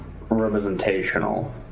representational